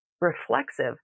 reflexive